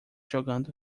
jogando